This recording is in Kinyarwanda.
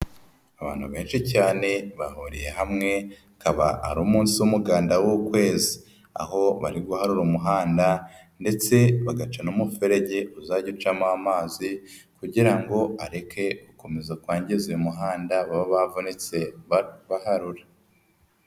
Abantu benshi cyane bahuriye hamwe, akaba aumu w'umuganda w'ukwezi, aho bari guharura umuhanda ndetse bagaca n'umuferege, uzajye ucamo amazi kugira ngo areke gukomeza kwangiza uyu muhanda, baba bavunitse baharura.